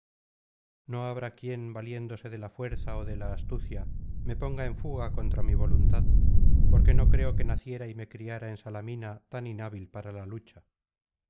no habrá quien valiéndose de la fuerza ó de la astucia me ponga en fuga contra mi voluntad porque no creo que naciera y me criara en salamina tan inhábil para la lucha